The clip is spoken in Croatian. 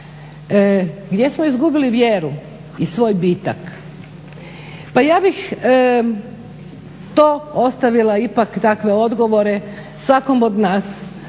gdje smo izgubili vjeru i svoj bitak? Pa ja bih to ostavila, ipak dakle odgovore svakom od nas,